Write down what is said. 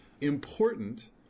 important